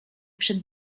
przed